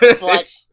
But-